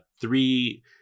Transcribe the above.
three